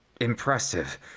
Impressive